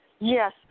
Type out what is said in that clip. Yes